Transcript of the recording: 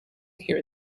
hear